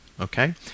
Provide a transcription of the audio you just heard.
Okay